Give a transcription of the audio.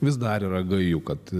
vis dar yra gaju kad